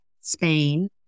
Spain